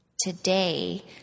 today